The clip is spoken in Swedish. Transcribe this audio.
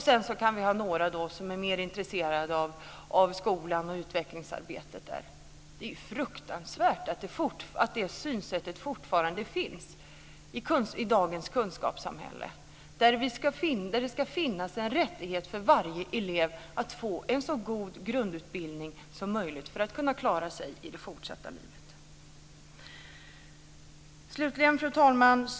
Vi kan ha några som är mer intresserade av att skolan och utvecklingsarbetet där. Det är fruktansvärt att det synsättet fortfarande finns i dagens kunskapssamhälle! Det ska finnas en rättighet för varje elev att få en så god grundutbildning som möjligt för att de ska kunna klara sig i det fortsatta livet. Fru talman!